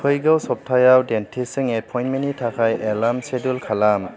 फैगौ सप्तायाव डेन्टिसजों एपइन्टमेन्टनि थाखाय एलार्म सिडुल खालाम